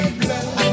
blood